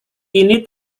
ini